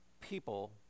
people